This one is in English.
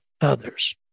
others